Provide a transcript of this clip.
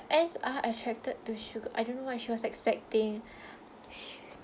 ants are attracted to sugar I don't know what she was expecting she